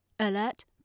Alert